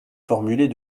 formulée